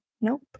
Nope